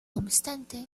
obstante